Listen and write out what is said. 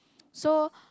so